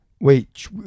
Wait